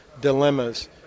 dilemmas